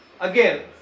Again